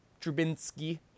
Trubinsky